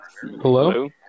Hello